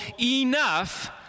enough